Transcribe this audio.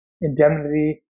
indemnity